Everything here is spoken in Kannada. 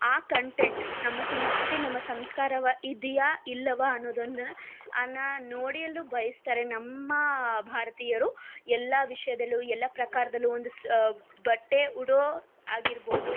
ಆ ಕಂಟೆಂಟ್ ನಮ್ಮ ಸಂಸ್ಕೃತಿ ನಮ್ಮ ಸಂಸ್ಕಾರವು ಇದೆಯಾ ಇಲ್ಲವಾ ಅನ್ನೋದೊಂದನ್ನು ನೋಡಿ ಎಲ್ಲೊ ಬಯಸ್ತಾರೆ ನಮ್ಮ ಭಾರತೀಯರು ಎಲ್ಲ ವಿಷಯದಲ್ಲೂ ಎಲ್ಲ ಪ್ರಕಾರದಲ್ಲೂ ಒಂದು ಸ ಬಟ್ಟೆ ಉಡೋ ಆಗಿರ್ಬೋದು